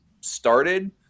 started